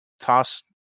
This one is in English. toss